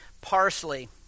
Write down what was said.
parsley